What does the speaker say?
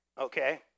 Okay